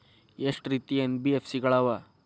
ಎಷ್ಟ ರೇತಿ ಎನ್.ಬಿ.ಎಫ್.ಸಿ ಗಳ ಅವ?